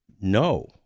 no